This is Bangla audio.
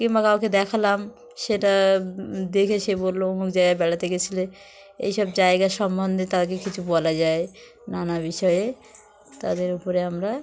কিংবা কাউকে দেখালাম সেটা দেখে সে বললো অমুক জায়গা বেড়াতে গেছিলে এইসব জায়গা সম্বন্ধে তাকে কিছু বলা যায় নানা বিষয়ে তাদের উপরে আমরা